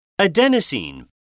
adenosine